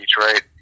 Detroit